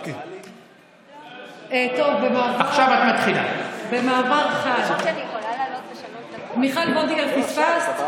טוב, במעבר חד, מיכל וולדיגר, פספסת.